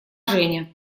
женя